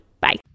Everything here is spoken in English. Bye